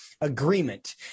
agreement